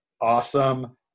awesome